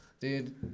Dude